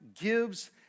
gives